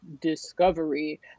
discovery